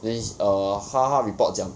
then he~ err 他他 report 讲